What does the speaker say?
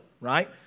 right